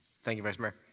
thank you, vice mayor.